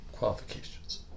qualifications